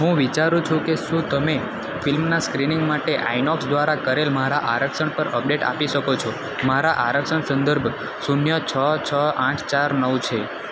હું વિચારું છું કે શુંં તમે ફિલ્મના સ્ક્રિનિંગ માટે આઈનોક્સ દ્વારા કરેલ મારા આરક્ષણ પર અપડેટ આપી શકો છો મારા આરક્ષણ સંદર્ભ શૂન્ય છ છ આઠ ચાર નવ છે